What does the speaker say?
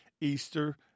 Easter